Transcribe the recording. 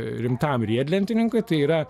rimtam riedlentininkui tai yra